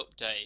update